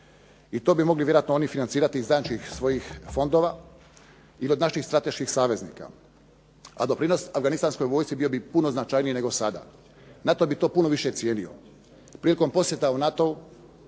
i to bi mogli vjerojatno oni financirati …/Govornik se ne razumije./… svojih fondova ili od naših strateških saveznika, a doprinos afganistanskoj vojsci bio bi puno značajniji nego sada. NATO bi to puno više cijenio. Prilikom posjeta u NATO-u